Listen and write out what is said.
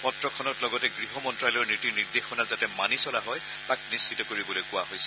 পত্ৰখনত লগতে গৃহ মন্তালয়ৰ নীতি নিৰ্দেশনা যাতে মানি চলা হয় তাক নিশ্চিত কৰিবলৈ কোৱা হৈছে